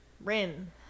Rin